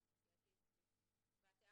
כפייתי אצלי.